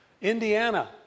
Indiana